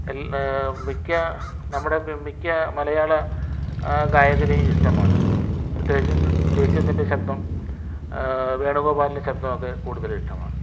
എല്ലാ മിക്ക നമ്മുടെ മിക്ക മലയാള ഗായകരേയും ഇഷ്ടമാണ് പ്രത്യേകിച്ച് ജയചന്ദ്രൻ്റെ ശബ്ദം വേണുഗോപാലിൻ്റെ ശബ്ദമൊക്കെ കൂടുതലിഷ്ടമാണ്